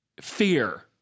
fear